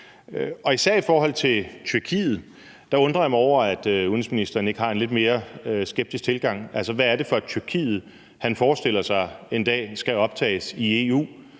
Og især i forhold til Tyrkiet undrer jeg mig over, at udenrigsministeren ikke har en lidt mere skeptisk tilgang. Hvad er det for et Tyrkiet, han forestiller sig en dag skal optages i EU?